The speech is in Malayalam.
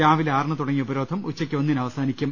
രാവിലെ ആറിന് തുടങ്ങിയ ഉപരോധം ഉച്ചക്ക് ഒന്നിന് അവ സാനിക്കും